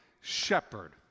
shepherd